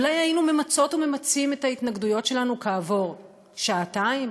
אולי היינו ממצות וממצים את ההתנגדויות שלנו כעבור שעתיים,